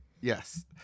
Yes